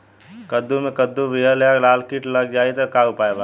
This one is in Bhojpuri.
कद्दू मे कद्दू विहल या लाल कीट लग जाइ त का उपाय बा?